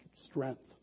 strength